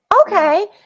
Okay